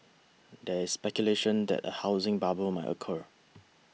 there is speculation that a housing bubble may occur